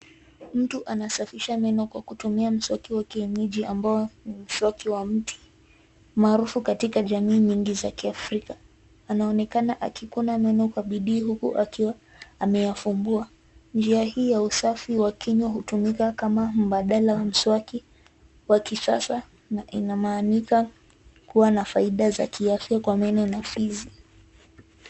Mtu anasafisha meno kwa kutumia mswaki wa kienyeji ambao ni mswaki wa mti, maarufu katika jamii nyingi za kiafrika. Anaonekana akikuna meno kwa bidii huku akiwa ameyafungua. Njia hii ya usafi wa kinywa hutumika kama mbadala wa mswaki wa kisasa na inaaminika kua na faida za kiafya kwa meno na ufizi.